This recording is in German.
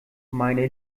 meine